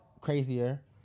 crazier